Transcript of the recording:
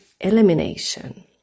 elimination